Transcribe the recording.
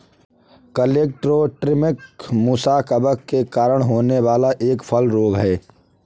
colletotrichum musae कवक के कारण होने वाला एक फल रोग है